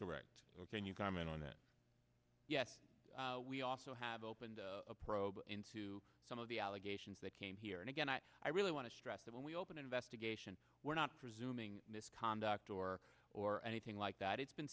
correct ok and you comment on that yes we also have opened a probe into some of the allegations that came here and again i i really want to stress that when we open investigation we're not presuming misconduct or or anything like that it's been